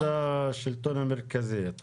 מצד השלטון המרכזי.